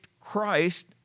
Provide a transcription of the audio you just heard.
Christ